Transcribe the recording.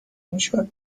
میشد